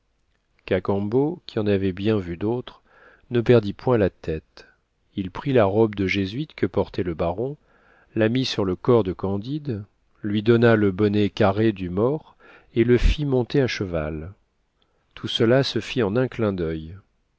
cacambo qui en avait bien vu d'autres ne perdit point la tête il prit la robe de jésuite que portait le baron la mit sur le corps de candide lui donna le bonnet carré du mort et le fit monter à cheval tout cela se fit en un clin d'oeil